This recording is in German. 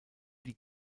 die